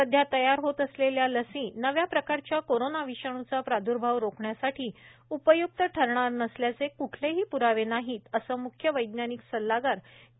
सध्या तयार होत असलेल्या लसी नव्या प्रकारच्या कोरोना विषाणूचा प्राद्र्भाव रोखण्यासाठी उपय्क्त ठरणार नसल्याचे क्ठलेही प्रावे नाहीत असं म्ख्य वैज्ञानिक सल्लागार के